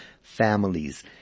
families